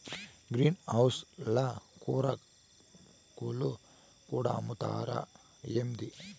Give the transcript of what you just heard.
green house ల కూరాకులు కూడా అమ్ముతారా ఏంది